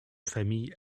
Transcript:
famille